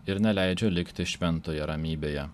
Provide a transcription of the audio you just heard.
ir neleidžia likti šventoje ramybėje